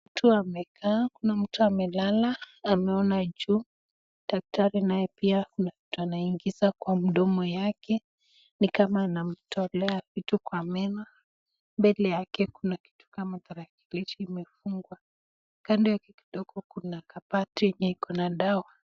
Watu wamekaa, kuna mtu amelala ameona juu. Daktari naye pia ana kuna kitu anaingiza kwa mdomo yake nikama anamtolea vitu kwa meno. Mbele yake kuna kitu kama tarakilishi imefungwa, kando yake kidogo kuna kabati yenye iko na dawa.